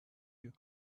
you